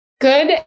Good